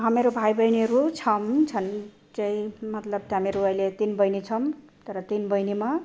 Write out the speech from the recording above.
हामीहरू भाइबैनीहरू छौँ छन् चाहिँ मतलब हामीहरू अहिले तिन बहिनी छौँ तर तिन बहिनीमा